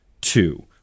two